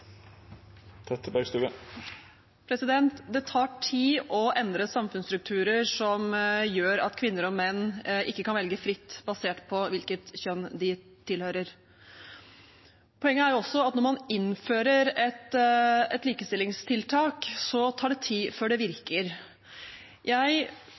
Det tar tid å endre samfunnsstrukturer som gjør at kvinner og menn ikke kan velge fritt basert på hvilket kjønn de tilhører. Poenget er også at når man innfører et likestillingstiltak, tar det tid før det virker. Jeg